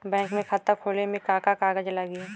Bank में खाता खोले मे का का कागज लागी?